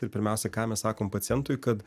ir pirmiausia ką mes sakom pacientui kad